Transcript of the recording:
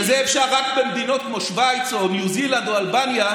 שזה אפשר רק במדינות כמו שווייץ או ניו זילנד או אלבניה,